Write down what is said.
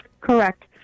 Correct